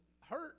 hurt